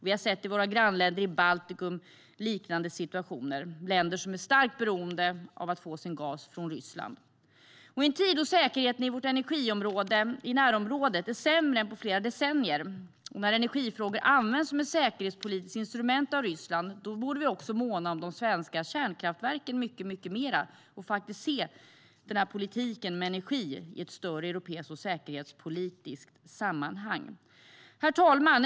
Vi har sett liknande situationer i våra grannländer i Baltikum. Det är länder som är starkt beroende av att få sin gas från Ryssland. I en tid då säkerheten i vårt närområde är sämre än på flera decennier och energifrågor används som ett säkerhetspolitiskt instrument av Ryssland borde vi måna mycket mer om de svenska kärnkraftverken och se energipolitiken i ett större europeiskt och säkerhetspolitiskt sammanhang. Herr talman!